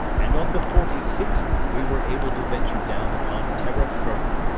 and on the forty-sixth we were able to venture down upon terra firma.